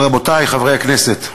אבל, רבותי חברי הכנסת,